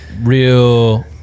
real